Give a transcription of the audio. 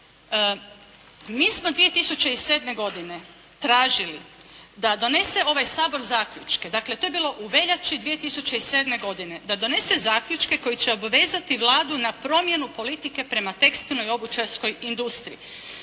Mi smo 2007. godine tražili da donese ovaj Sabor zaključke, dakle to je bilo u veljači 2007. godine, da donese zaključke koji će obvezati Vladu na promjenu politike prema tekstilnoj i obućarskoj industriji.